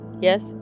Yes